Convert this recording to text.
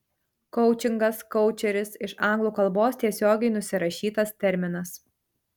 koučingas koučeris iš anglų kalbos tiesiogiai nusirašytas terminas